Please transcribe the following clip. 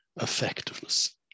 effectiveness